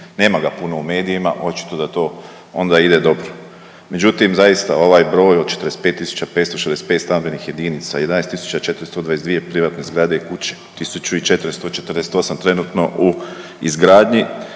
Nema ga puno u medijima, očito da to onda ide dobro. Međutim, zaista ovaj broj od 45.565 stambenih jedinica, 11.422 privatne zgrade i kuće, 1.448 trenutno u izgradnji,